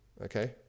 okay